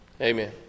amen